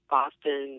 Boston